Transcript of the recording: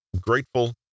grateful